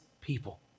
people